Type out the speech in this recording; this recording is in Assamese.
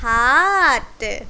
সাত